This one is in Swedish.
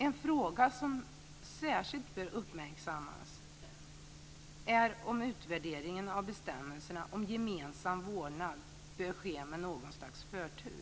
En fråga som särskilt bör uppmärksammas är om utvärderingen av bestämmelserna om gemensam vårdnad bör ske med något slags förtur.